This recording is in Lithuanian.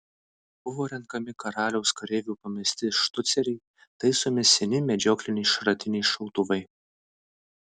buvo renkami karaliaus kareivių pamesti štuceriai taisomi seni medžiokliniai šratiniai šautuvai